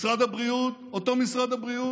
משרד הבריאות אותו משרד הבריאות,